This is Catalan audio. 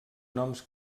noms